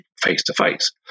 face-to-face